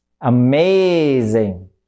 Amazing